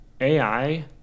AI